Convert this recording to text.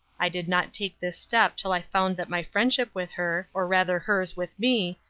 i did not take this step till i found that my friendship with her, or, rather hers with me,